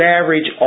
average